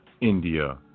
india